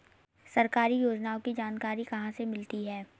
सरकारी योजनाओं की जानकारी कहाँ से मिलती है?